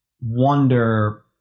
wonder